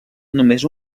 només